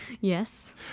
Yes